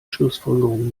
schlussfolgerung